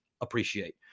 appreciate